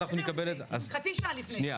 חצי שעה לפני.